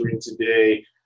today –